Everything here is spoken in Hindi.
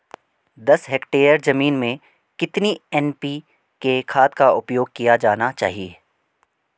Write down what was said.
दस हेक्टेयर जमीन में कितनी एन.पी.के खाद का उपयोग किया जाना चाहिए?